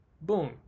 Boom